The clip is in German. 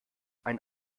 ein